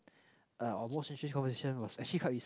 our most recent conversation was actually quite recent